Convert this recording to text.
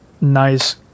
nice